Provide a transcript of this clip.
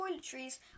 toiletries